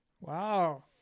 Wow